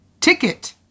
Ticket